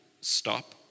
stop